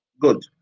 Good